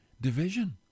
division